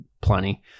plenty